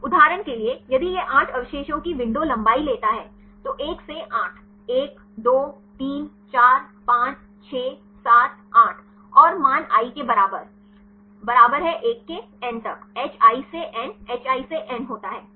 उदाहरण के लिए यदि यह 8 अवशेषों की विंडो लंबाई लेता है तो 1 से 8 1 2 3 4 5 6 7 8 और मान i के बराबर बराबर है 1 के n तक hi से n hi से n होता है